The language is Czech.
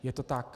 Je to tak.